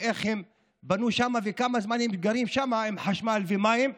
איך הם בנו שם וכמה זמן הם גרים שם עם חשמל ומים,